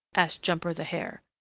asked jumper the hare.